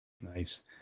Nice